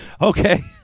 okay